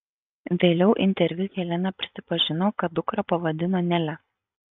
vėliau interviu helena prisipažino kad dukrą pavadino nele